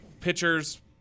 Pitchers